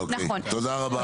אוקיי, תודה רבה.